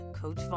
Coach